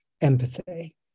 empathy